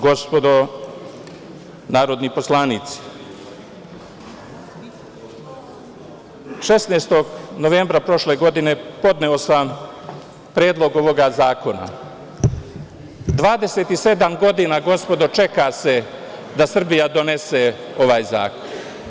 Gospodo narodni poslanici, 16. novembra prošle godine podneo sam predlog ovog zakona, 27 godina gospodo čeka se da Srbija donese ovaj zakon.